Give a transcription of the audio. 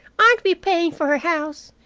aren't we paying for her house?